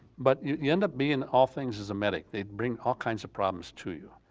but you ended up being all things as a medic, they'd bring all kinds of problems to you,